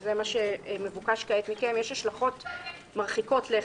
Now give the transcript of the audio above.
שזה מה שמבוקש כעת מכם, יש השלכות מרחיקות לכת,